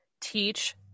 teach